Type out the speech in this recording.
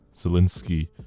Zelensky